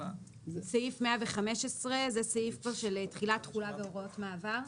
סעיף 115 זה כבר סעיף תחילת תחולה והוראות מעבר.